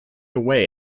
away